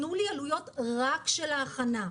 תנו לי עלויות רק של ההכנה.